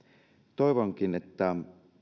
toivonkin että